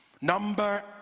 number